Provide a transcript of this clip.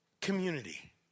community